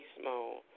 small